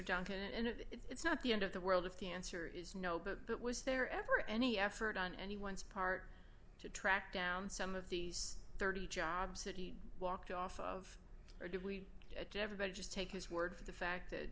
duncan and it's not the end of the world if the answer is no but it was there ever any effort on anyone's part to track down some of these thirty jobs that he walked off of or did we do everybody just take his word for the fact that